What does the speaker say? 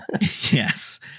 Yes